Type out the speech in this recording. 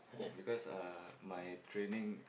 because uh my training